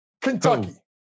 Kentucky